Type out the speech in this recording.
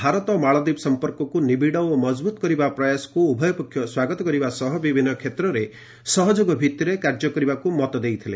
ଭାରତ ମାଳଦୀପ ସମ୍ପର୍କକୁ ନିବିଡ଼ ଓ ମଜବୁତ୍ କରିବା ପ୍ରୟାସକୁ ଉଭୟ ପକ୍ଷ ସ୍ୱାଗତ କରିବା ସହ ବିଭିନ୍ନ କ୍ଷେତ୍ରରେ ସହଯୋଗ ଭିତ୍ତିରେ କାର୍ଯ୍ୟ କରିବାକୁ ମତ ଦେଇଥିଲେ